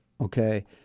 okay